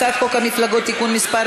הצעת חוק המפלגות (תיקון מס'